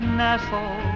nestle